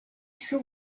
saw